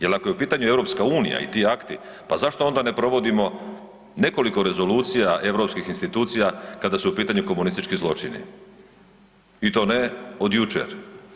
Jel ako je u pitanju EU i ti akti pa zašto onda ne provodimo nekoliko rezolucija europskih institucija kada su u pitanju komunistički zločini i to ne od jučer?